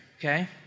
okay